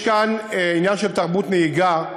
יש כאן עניין של תרבות נהיגה,